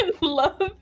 love